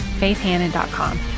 faithhannon.com